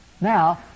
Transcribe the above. Now